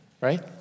Right